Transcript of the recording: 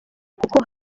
kuko